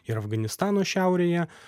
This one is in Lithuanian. ir afganistano šiaurėje